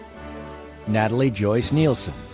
natalie joyce nielsen,